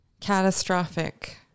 Catastrophic